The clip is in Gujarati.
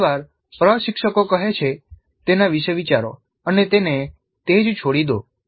ઘણી વાર પ્રશિક્ષકો કહે છે તેના વિશે વિચારો અને તેને તે જ છોડી દો